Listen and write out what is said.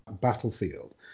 battlefield